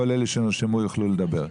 כל אלה שנרשמו יוכלו לדבר.